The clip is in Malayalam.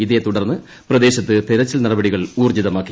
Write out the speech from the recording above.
ഇതേതുടർന്ന് പ്രദേശത്ത് തെരച്ചിൽ നടപടികൾ ഊർജ്ജിതമാക്കി